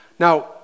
Now